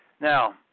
Now